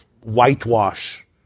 whitewash